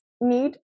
need